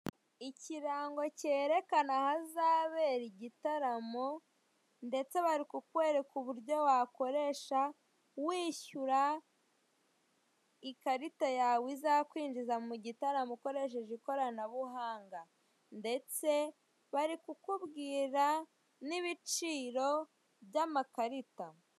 Ikirango cyerekana ahazabera igitaramo ndetse bari kukweraka uburyo wakoresha wishyura ikarita yawe izakwinjiza mugitaramo ukoresheje ikoranabuhanga ndetse bari kukubwira n'ibiciro by'amakarita.